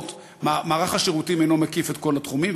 מערך השירותים אינו מקיף את כל התחומים,